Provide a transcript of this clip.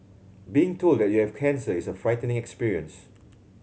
being told that you have cancer is a frightening experience